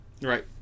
Right